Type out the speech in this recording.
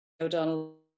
O'Donnell